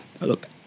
look